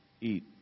eat